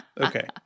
Okay